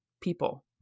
people